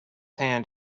hand